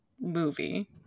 movie